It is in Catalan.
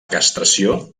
castració